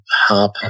hop